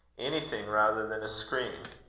anything rather than a scream.